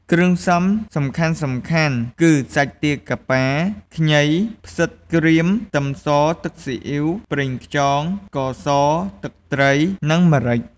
គ្រឿងផ្សំសំខាន់ៗគឺ សាច់ទាកាប៉ា, ខ្ញី, ផ្សិតក្រៀម, ខ្ទឹមស, ទឹកស៊ីអ៉ីវ, ប្រេងខ្យង, ស្ករស, ទឹកត្រី និងម្រេច។